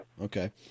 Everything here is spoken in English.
Okay